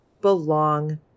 belong